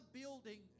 building